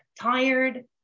tired